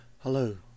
Hello